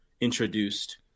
introduced